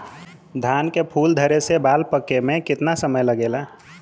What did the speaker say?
धान के फूल धरे से बाल पाके में कितना समय लागेला?